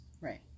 Right